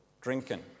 drinking